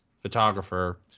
photographer